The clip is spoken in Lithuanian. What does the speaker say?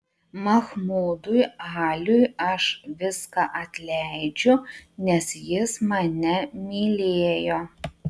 mahmudui aliui aš viską atleidžiu nes jis mane mylėjo